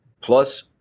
plus